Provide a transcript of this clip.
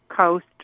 coast